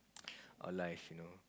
our life you know